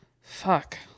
Fuck